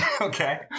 Okay